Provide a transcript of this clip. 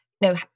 No